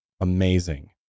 amazing